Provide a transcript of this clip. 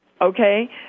okay